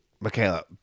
Michaela